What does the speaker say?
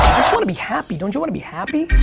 just wanna be happy, don't you wanna be happy?